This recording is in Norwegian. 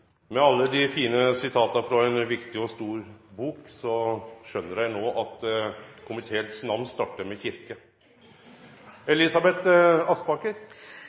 Med alle dei fine sitata frå ei viktig og stor bok, skjønar eg no at komiteens namn startar med